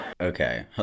Okay